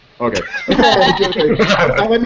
Okay